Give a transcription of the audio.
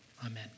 Amen